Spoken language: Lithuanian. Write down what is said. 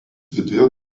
viduje